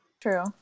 True